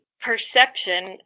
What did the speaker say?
perception